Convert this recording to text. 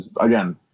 again